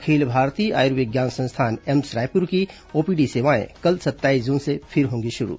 अखिल भारतीय आयुर्विज्ञान संस्थान एम्स रायपुर की ओपीडी सेवाएं कल सत्ताईस जून से फिर होगी शुरू